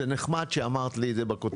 זה נחמד שאמרת לי את זה בכותרת.